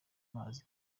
mazi